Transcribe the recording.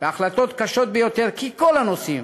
בהחלטות קשות ביותר, כי כל הנושאים